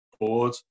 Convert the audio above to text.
board